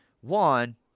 one